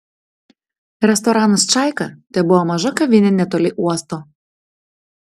restoranas čaika tebuvo maža kavinė netoli uosto